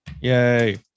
Yay